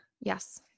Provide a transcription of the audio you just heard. Yes